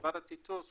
בוועדת האיתור יש